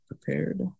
prepared